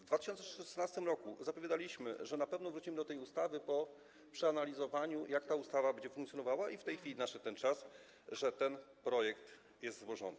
W 2016 r. zapowiadaliśmy, że na pewno wrócimy do tej ustawy po przeanalizowaniu tego, jak ta ustawa będzie funkcjonowała, i w tej chwili nadszedł czas, że ten projekt został złożony.